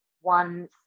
one